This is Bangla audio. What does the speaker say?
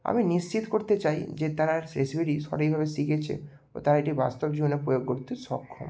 আমি নিশ্চিত করতে চাই যে তারা রেসিপিটি সঠিকভাবে শিখেছে ও তারা এটি বাস্তব জীবনে প্রয়োগ করতে সক্ষম